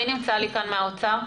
מי נמצא כאן ממשרד האוצר?